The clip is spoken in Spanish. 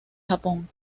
japón